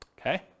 okay